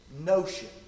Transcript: notion